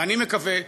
ואני מקווה,